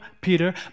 Peter